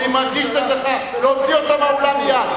אני מגיש נגדך, להוציא אותו מהאולם מייד.